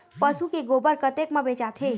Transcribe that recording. पशु के गोबर कतेक म बेचाथे?